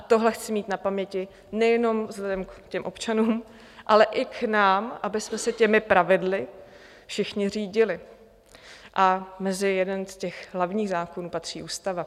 Tohle chci mít na paměti nejenom vzhledem k občanům, ale i k nám, abyste se těmi pravidly všichni řídili, a mezi jeden z těch hlavních zákonů patří ústava.